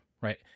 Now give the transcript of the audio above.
right